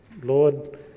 Lord